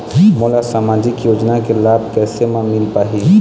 मोला सामाजिक योजना के लाभ कैसे म मिल पाही?